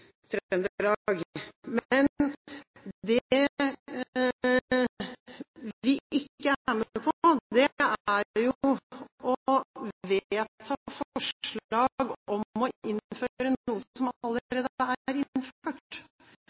ikke er med på, er å vedta forslag om å innføre noe som allerede er innført; det er